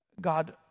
God